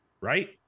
right